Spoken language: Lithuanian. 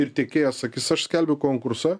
ir tiekėjas sakys aš skelbiu konkursą